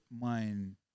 mind